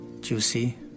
juicy